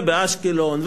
ובאשקלון,